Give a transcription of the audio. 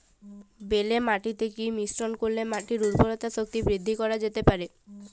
বেলে মাটিতে কি মিশ্রণ করিলে মাটির উর্বরতা শক্তি বৃদ্ধি করা যেতে পারে?